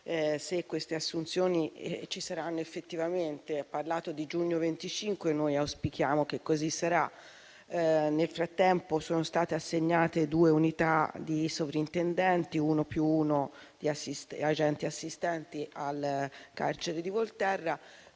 se queste assunzioni ci saranno effettivamente. Lei ha parlato di giugno 2025 e noi auspichiamo che così sarà. Nel frattempo sono state assegnate due unità di sovrintendenti, uno più uno di agenti assistenti al carcere di Volterra.